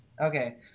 Okay